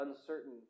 uncertain